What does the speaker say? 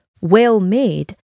well-made